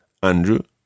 Andrew